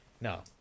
no